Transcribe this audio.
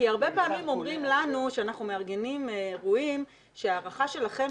כי הרבה פעמים אומרים לנו כשאנחנו מארגנים אירועים שההערכה שלכם